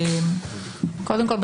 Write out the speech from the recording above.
קודם כול,